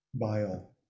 bile